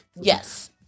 Yes